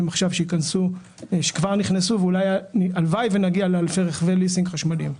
שנכנסו והלוואי שנגיע לאלפי רכבי ליסינג חשמליים.